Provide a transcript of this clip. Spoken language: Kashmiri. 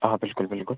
آ بلکل بلکل